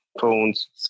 phones